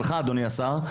שלך אדוני השר,